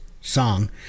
song